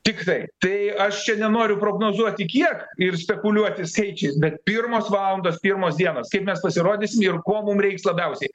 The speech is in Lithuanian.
tikrai tai aš čia nenoriu prognozuoti kiek ir spekuliuoti skaičiais bet pirmos valandos pirmos dienos kaip mes pasirodysim ir ko mums reiks labiausiai